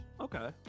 okay